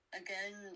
again